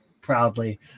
proudly